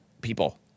people